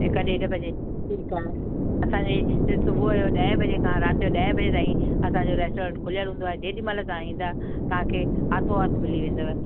हिक ॾेढ बजे ठीकु आहे असांजे हिते सुबूह जो ॾहें बजे खां राति जो ॾहें बजे ताईं असांजो रेस्टोरंट खुलियलु हुंदो आहे जेॾीमहिल तव्हां ईंदा तव्हां हाथो हाथ मिली वेंदव